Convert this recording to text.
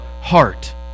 heart